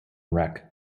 wreck